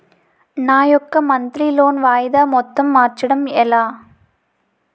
నా యెక్క monthly loan వాయిదా మొత్తం మార్చడం ఎలా?